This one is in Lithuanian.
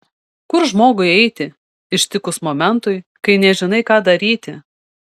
kur žmogui eiti ištikus momentui kai nežinai ką daryti